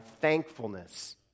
thankfulness